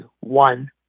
one